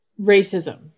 racism